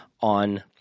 on